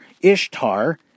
Ishtar